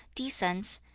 descends,